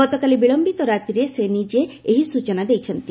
ଗତକାଲି ବିଳୟିତ ରାତିରେ ସେ ନିଜେ ଏହି ସୂଚନା ଦେଇଛନ୍ତି